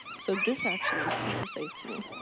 so this actually is super safe to me.